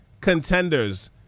Contenders